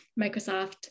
microsoft